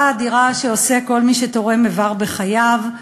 האדירה שעושה כל מי שתורם איבר בחייו,